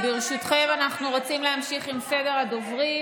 ברשותכם, אנחנו רוצים להמשיך עם סדר הדוברים.